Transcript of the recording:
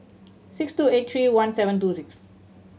six two eight three one seven two six